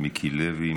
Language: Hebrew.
מיקי לוי,